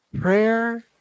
Prayer